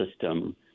system